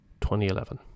2011